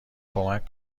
کمک